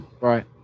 Right